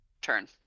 turn